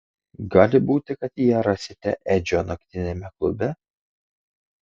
gali būti kad ją rasite edžio naktiniame klube